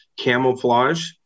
camouflage